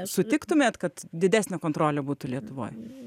sutiktumėt kad didesnė kontrolė būtų lietuvoj